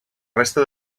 resta